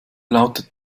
lautet